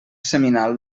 seminal